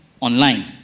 online